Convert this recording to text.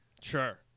sure